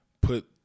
put